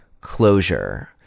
closure